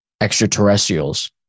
extraterrestrials